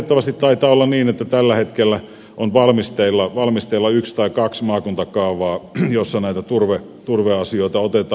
valitettavasti taitaa olla niin että tällä hetkellä on valmisteilla yksi tai kaksi maakuntakaavaa joissa näitä turveasioita otetaan huomioon